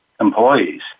employees